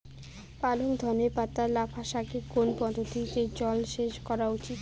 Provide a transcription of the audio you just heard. পালং ধনে পাতা লাফা শাকে কোন পদ্ধতিতে জল সেচ করা উচিৎ?